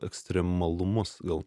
ekstremalumus gal